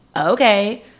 okay